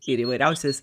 ir įvairiausias